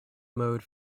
mode